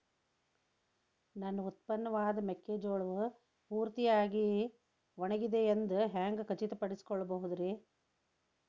ನನ್ನ ಉತ್ಪನ್ನವಾದ ಮೆಕ್ಕೆಜೋಳವು ಪೂರ್ತಿಯಾಗಿ ಒಣಗಿದೆ ಎಂದು ಹ್ಯಾಂಗ ಖಚಿತ ಪಡಿಸಿಕೊಳ್ಳಬಹುದರೇ?